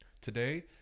today